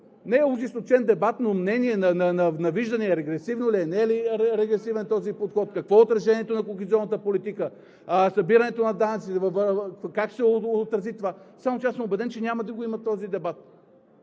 не ожесточен дебат, но мнение, на виждане – регресивен ли е, не е ли регресивен този подход, какво е отражението на кохезионната политика, събирането на данъци, как ще се отрази това. Само че аз съм убеден, че няма да го има този дебат.